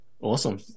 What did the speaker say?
Awesome